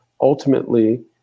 ultimately